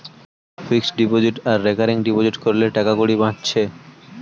fixed deposit আর recurring deposit কোরলে টাকাকড়ি বাঁচছে